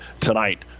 tonight